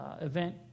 event